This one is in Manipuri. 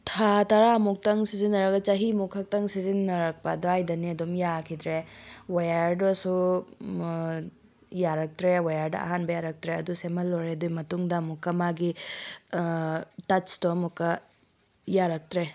ꯊꯥ ꯇꯔꯥꯃꯨꯛꯇꯪ ꯁꯤꯖꯤꯟꯅꯔꯒ ꯆꯍꯤꯃꯨꯛ ꯈꯛꯇꯪ ꯁꯤꯖꯤꯟꯅꯔꯛꯄ ꯑꯗ꯭ꯋꯥꯏꯗꯅꯦ ꯑꯗꯨꯝ ꯌꯥꯈꯤꯗ꯭ꯔꯦ ꯋꯦꯌꯔꯗꯨꯁꯨ ꯌꯥꯔꯛꯇ꯭ꯔꯦ ꯋꯦꯌꯔꯗ ꯑꯍꯥꯟꯕ ꯌꯥꯔꯛꯇ꯭ꯔꯦ ꯑꯗꯨ ꯁꯦꯝꯍꯜꯂꯨꯔꯦ ꯑꯗꯨꯏ ꯃꯇꯨꯡꯗ ꯑꯃꯨꯛꯀ ꯃꯥꯒꯤ ꯇꯁꯇꯣ ꯑꯃꯨꯛꯀ ꯌꯥꯔꯛꯇ꯭ꯔꯦ